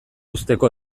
uzteko